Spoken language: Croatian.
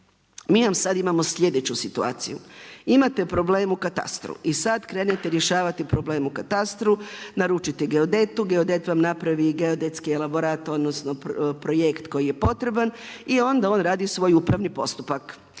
Mi vam sada imamo sljedeću situaciju. Imate problem u katastru i sada krenete rješavati problem u katastru, naručite geodetu, geodet vam napravi geodetski elaborat, odnosno projekt koji je potreban i onda on radi svoj upravni postupak.